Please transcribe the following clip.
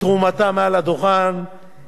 קורל, אני קורא לה אלמוגית,